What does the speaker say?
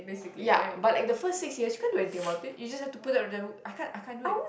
ya but like the first six years quite to I think to take about it you just have to put up them I can't I can't do it